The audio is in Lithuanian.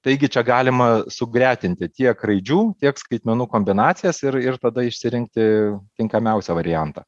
taigi čia galima sugretinti tiek raidžių tiek skaitmenų kombinacijas ir ir tada išsirinkti tinkamiausią variantą